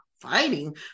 fighting